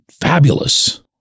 fabulous